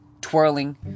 twirling